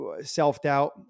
self-doubt